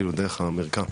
כאילו דרך המרקע.